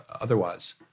otherwise